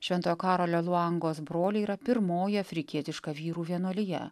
šventojo karolio luangos broliai yra pirmoji afrikietiška vyrų vienuolija